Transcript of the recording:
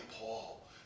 Paul